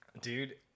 Dude